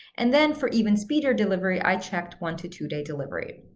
and then for even speedier delivery, i checked one to two day delivery.